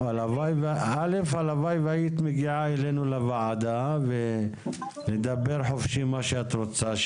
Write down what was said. הלוואי והיית מגיעה אלינו לוועדה ולדבר חופשי מה שאת רוצה.